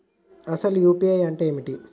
అసలు యూ.పీ.ఐ అంటే ఏమిటి?